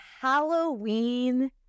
Halloween